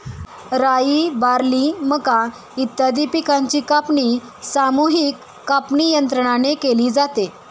राई, बार्ली, मका इत्यादी पिकांची कापणी सामूहिक कापणीयंत्राने केली जाते